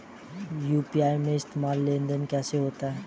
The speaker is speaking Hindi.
यू.पी.आई में लेनदेन कैसे होता है?